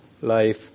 life